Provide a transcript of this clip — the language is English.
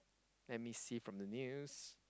let me see from the news